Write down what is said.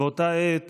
באותה עת